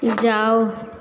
जाओ